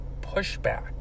pushback